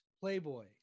Playboy